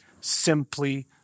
simply